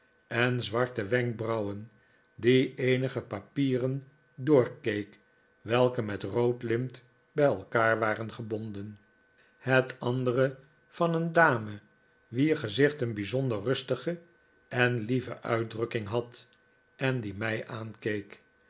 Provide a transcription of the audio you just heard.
en zwarte wenkbrauwen die eenige papieren doorkeek welke met rood lint bij elkaar waren gebonden het andere van een dame wier gezicht een bijzonder rustige en lieve uitdrukking had en die mij